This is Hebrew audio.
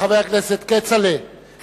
חבר הכנסת כצל'ה,